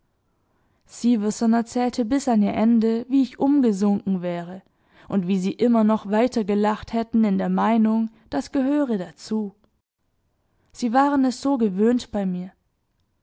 sieversen erzählte bis an ihr ende wie ich umgesunken wäre und wie sie immer noch weitergelacht hätten in der meinung das gehöre dazu sie waren es so gewöhnt bei mir